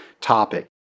topic